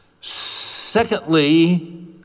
Secondly